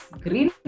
green